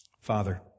Father